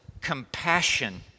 compassion